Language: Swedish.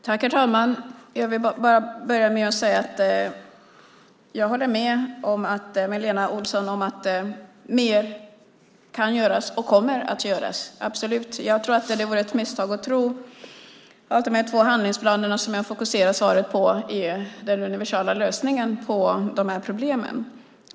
Herr talman! Jag vill börja med att säga att jag håller med Lena Olsson om att mer kan göras och kommer att göras - absolut. Jag tror att det vore ett misstag att tro att de två handlingsplaner som jag fokuserar svaret på är den universala lösningen på problemen.